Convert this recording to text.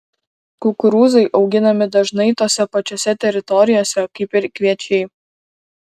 kukurūzai auginami dažnai tose pačiose teritorijose kaip ir kviečiai